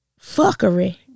Fuckery